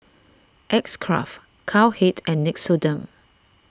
X Craft Cowhead and Nixoderm